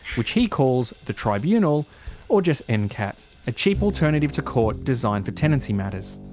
which he calls the tribunal or just and ncat a cheap alternative to court, designed for tenancy matters.